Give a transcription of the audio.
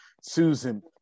susan